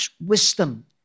wisdom